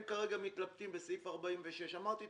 הם כרגע מתלבטים בסעיף 46. אמרתי,